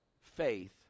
faith